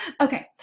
Okay